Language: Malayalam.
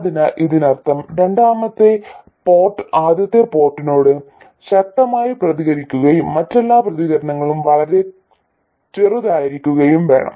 അതിനാൽ ഇതിനർത്ഥം രണ്ടാമത്തെ പോർട്ട് ആദ്യത്തെ പോർട്ടിനോട് ശക്തമായി പ്രതികരിക്കുകയും മറ്റെല്ലാ പ്രതികരണങ്ങളും വളരെ ചെറുതായിരിക്കുകയും വേണം